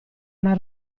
una